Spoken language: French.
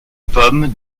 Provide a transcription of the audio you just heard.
pommes